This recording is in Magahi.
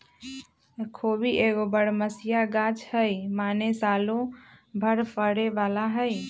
खोबि एगो बरमसिया ग़ाछ हइ माने सालो भर फरे बला हइ